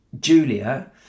Julia